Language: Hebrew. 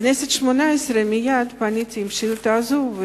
בכנסת השמונה-עשרה מייד פניתי עם השאילתא הזאת,